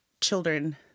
children